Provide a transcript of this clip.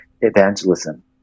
evangelism